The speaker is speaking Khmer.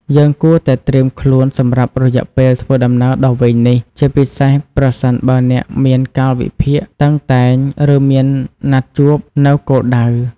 យើងគួរតែត្រៀមខ្លួនសម្រាប់រយៈពេលធ្វើដំណើរដ៏វែងនេះ ជាពិសេសប្រសិនបើអ្នកមានកាលវិភាគតឹងតែង ឬមានណាត់ជួបនៅគោលដៅ។